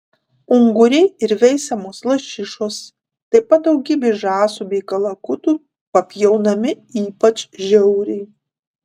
unguriai ir veisiamos lašišos taip pat daugybė žąsų bei kalakutų papjaunami ypač žiauriai